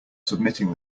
submitting